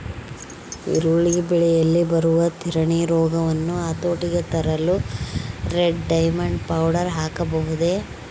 ಈರುಳ್ಳಿ ಬೆಳೆಯಲ್ಲಿ ಬರುವ ತಿರಣಿ ರೋಗವನ್ನು ಹತೋಟಿಗೆ ತರಲು ರೆಡ್ ಡೈಮಂಡ್ ಪೌಡರ್ ಹಾಕಬಹುದೇ?